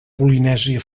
polinèsia